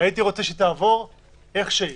הייתי רוצה שהיא תעבור איך שהיא.